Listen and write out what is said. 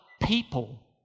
people